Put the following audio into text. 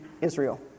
Israel